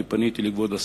אני פניתי אל כבוד השר,